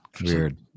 Weird